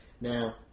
Now